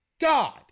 God